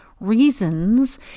reasons